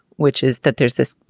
which is that there's this,